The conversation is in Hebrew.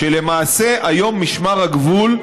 כשלמעשה היום משמר הגבול,